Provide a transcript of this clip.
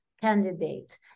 candidate